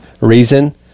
Reason